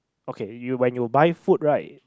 okay you when you buy food right